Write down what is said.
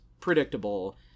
predictable